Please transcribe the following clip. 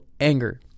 anger